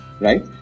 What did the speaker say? right